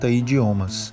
idiomas